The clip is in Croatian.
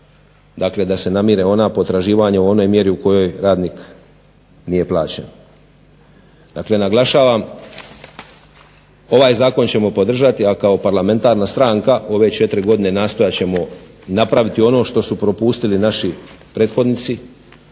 dakle da se namire ona potraživanja u onoj mjeri u kojoj radnik nije plaćen. Dakle, naglašavam ovaj Zakon ćemo podržati, a kao parlamentarna stranka ove četiri godine nastojat ćemo napraviti ono što su propustili naši prethodnici,